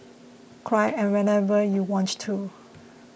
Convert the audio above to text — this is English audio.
cry and whenever you want to